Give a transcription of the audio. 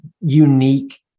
unique